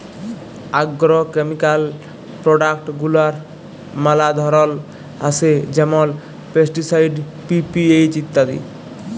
agrochemical product গুলার ম্যালা ধরল আসে যেমল পেস্টিসাইড, পি.পি.এইচ ইত্যাদি